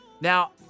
Now